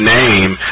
name